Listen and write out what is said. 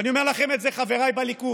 ואני אומר לכם את זה, חבריי בליכוד,